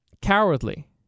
cowardly